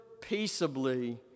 peaceably